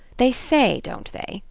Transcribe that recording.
they say, don't they,